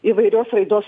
įvairios raidos